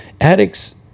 Addicts